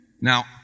Now